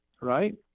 right